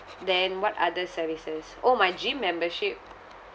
then what other services orh my gym membership